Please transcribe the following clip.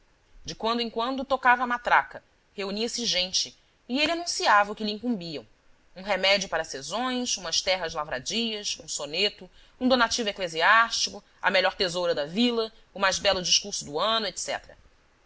de quando em quando tocava a matraca reunia-se gente e ele anunciava o que lhe incumbiam um remédio para sezões umas terras lavradias um soneto um donativo eclesiástico a melhor tesoura da vila o mais belo discurso do ano